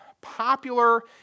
popular